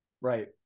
right